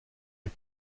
est